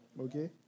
Okay